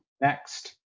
next